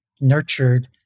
nurtured